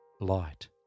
Light